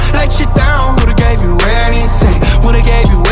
you down woulda gave you anything, woulda gave